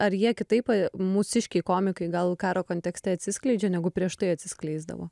ar jie kitaip mūsiškiai komikai gal karo kontekste atsiskleidžia negu prieš tai atsiskleisdavo